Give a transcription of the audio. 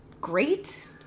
great